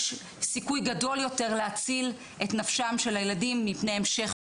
יש סיכוי גדול יותר להציל את נפשם של הילדים מפני המשך פגיעה.